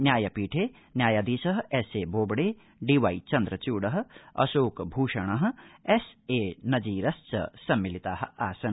न्यायपीठे न्यायाधीश S A Bobde D Y Chandrachud Ashok Bhushan S A नजीरश्च सम्मिलिता आसन्